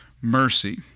mercy